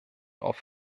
auf